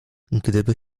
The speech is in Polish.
gdyby